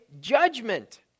judgment